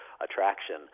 attraction